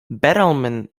bethlehem